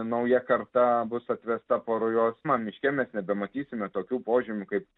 nauja karta bus atvesta po rujos na miške mes nebematysime tokių požymių kaip